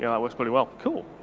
yeah, that works pretty well, cool.